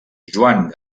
joan